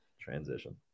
Transition